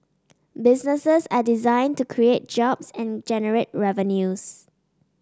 businesses are designed to create jobs and generate revenues